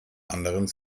anderen